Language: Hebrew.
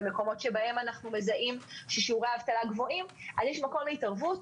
במקומות שבהם אנחנו מזהים ששיעורי האבטלה גבוהים יש מקום להתערבות,